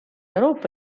euroopa